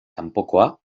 kanpokoa